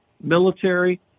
military